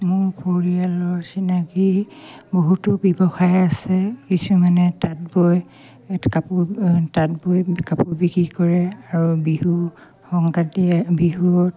মোৰ পৰিয়ালৰ চিনাকি বহুতো ব্যৱসায় আছে কিছুমানে তাঁত বয় কাপোৰ তাঁত বৈ কাপোৰ বিক্ৰী কৰে আৰু বিহু সংক্ৰান্তিয়ে বিহুত